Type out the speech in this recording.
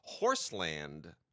Horseland